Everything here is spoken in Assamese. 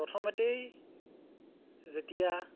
প্ৰথমতেই যেতিয়া